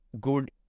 good